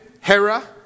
Hera